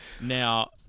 Now